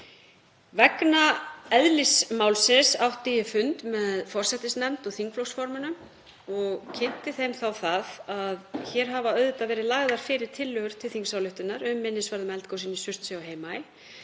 Vegna eðlis málsins átti ég fund með forsætisnefnd og þingflokksformönnum og kynnti þeim þá það að hér hafa verið lagðar fyrir tillögur til þingsályktunar um minnisvarða um eldgosin í Surtsey og á